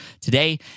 today